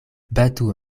batu